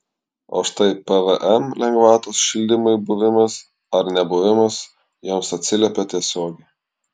o štai pvm lengvatos šildymui buvimas ar nebuvimas joms atsiliepia tiesiogiai